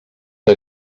que